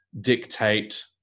dictate